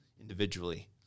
individually